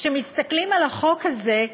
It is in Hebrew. כשמסתכלים על החוק הזה,